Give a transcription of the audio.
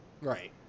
Right